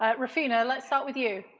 ah ruphina, let's start with you?